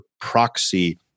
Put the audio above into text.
proxy